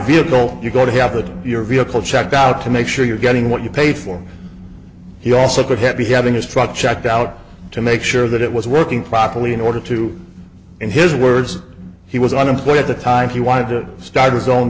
vehicle you're going to have your vehicle checked out to make sure you're getting what you paid for he also could have been having his truck checked out to make sure that it was working properly in order to in his words he was unemployed at the time he wanted to start his own